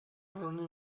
running